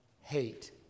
hate